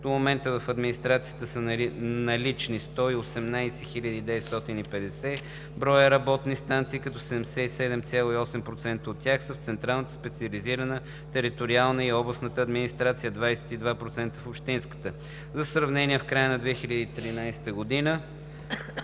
До момента в администрациите са налични 118 950 броя работни станции, като 77,8% от тях са в централната, специализираната, териториалната и областната администрация, а 22,2% – в общинската. В края на 2013 г.